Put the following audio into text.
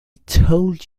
told